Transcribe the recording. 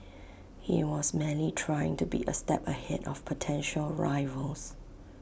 he was merely trying to be A step ahead of potential rivals